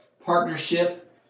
partnership